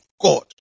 God